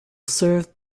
served